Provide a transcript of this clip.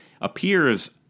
appears